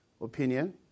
opinion